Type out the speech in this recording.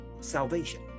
salvation